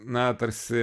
na tarsi